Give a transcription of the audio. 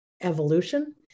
evolution